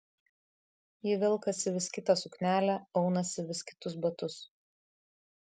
ji velkasi vis kitą suknelę aunasi vis kitus batus